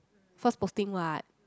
first posting what